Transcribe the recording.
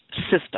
system